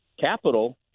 capital